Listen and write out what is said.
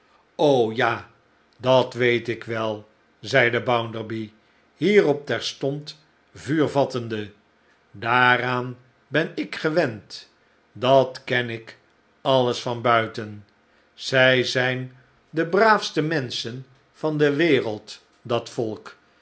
ja dat weet ik wel zeide bounderby hierop terstond vuur vattende daaraan ben ik gewend dat ken ik alles van buiten zij zijn de braafste menschen van de wereld dat volk